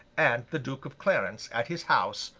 and the duke of clarence, at his house,